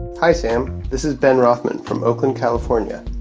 hi, sam. this is ben rothman from oakland, calif. ah and